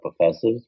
professors